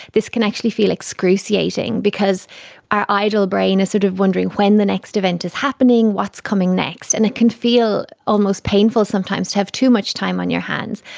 this can actually feel excruciating because our idle brain is sort of wondering when the next event is happening, what's coming next, and it can feel almost painful sometimes to have too much time on your hands.